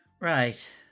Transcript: Right